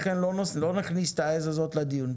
לכן לא נכניס את העז הזאת לדיון.